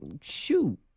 shoot